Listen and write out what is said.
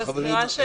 בסדר.